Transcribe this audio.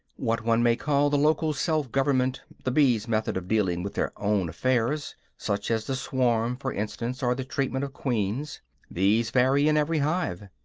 what one may call the local self-government, the bees' methods of dealing with their own affairs such as the swarm, for instance, or the treatment of queens these vary in every hive.